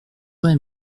vrai